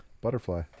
butterfly